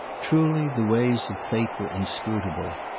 truly the ways of fate were inscrutable.